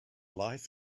life